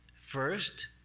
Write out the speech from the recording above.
first